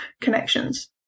connections